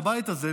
בבית הזה,